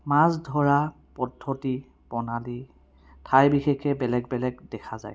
মাছ ধৰা পদ্ধতি প্ৰণালী ঠাই বিশেষে বেলেগ বেলেগ দেখা যায়